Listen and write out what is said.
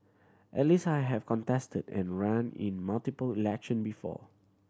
at least I have contested and ran in multiple election before